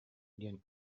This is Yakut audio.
диэн